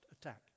attack